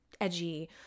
edgy